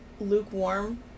lukewarm